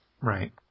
Right